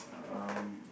um